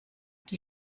die